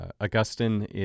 Augustine